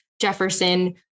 Jefferson